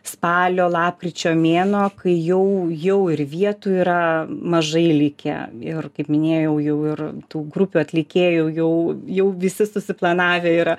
spalio lapkričio mėnuo kai jau jau ir vietų yra mažai likę ir kaip minėjau jau ir tų grupių atlikėjų jau jau visi susiplanavę yra